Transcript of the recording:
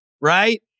right